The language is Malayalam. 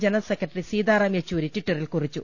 ജനറൽ സെക്രട്ടറി സീതാറാം യെച്ചൂരി ടിറ്ററിൽ കുറിച്ചു